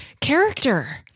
character